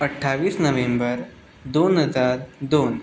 अठ्ठावीस नोव्हेंबर दोन हजार दोन